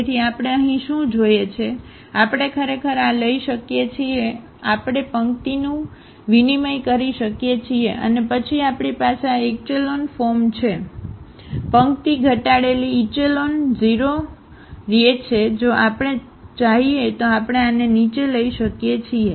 તેથી આપણે અહીં શું જોયે છે આપણે ખરેખર આ લઈ શકીએ છીએ આપણે પંક્તિનું વિનિમય કરી શકીએ છીએ અને પછી આપણી પાસે આ એક્ચેલોન ફોર્મ છે પંક્તિ ઘટાડેલી ઇચેલોન 0 રચે છે જો આપણે ચાહિયે તો આપણે આને નીચે લઈ શકીએ છીએ